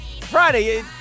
Friday